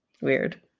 Weird